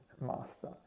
master